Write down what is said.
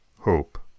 hope